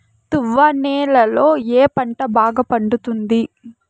తువ్వ నేలలో ఏ పంట బాగా పండుతుంది?